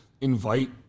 invite